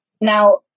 now